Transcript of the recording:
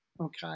Okay